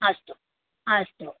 अस्तु अस्तु